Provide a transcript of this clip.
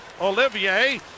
Olivier